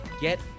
get